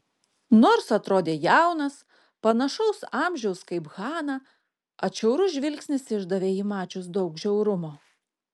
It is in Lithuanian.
nors atrodė jaunas panašaus amžiaus kaip hana atšiaurus žvilgsnis išdavė jį mačius daug žiaurumo